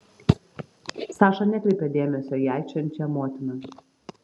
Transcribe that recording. saša nekreipė dėmesio į aikčiojančią motiną